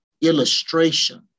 illustration